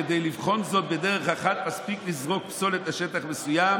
כדי לבחון זאת בדרך אחת מספיק לזרוק פסולת על שטח מסוים,